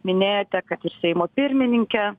minėjote kad ir seimo pirmininkė